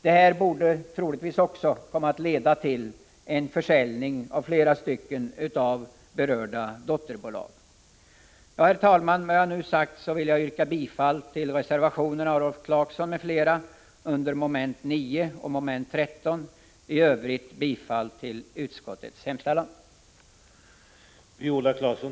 Det senare torde komma att leda till en försäljning av flera av de berörda dotterbolagen. Herr talman! Med vad jag nu sagt ber jag att få yrka bifall till reservationerna av Rolf Clarkson m.fl. under mom. 10 och mom. 13. I övrigt yrkar jag bifall till utskottets hemställan.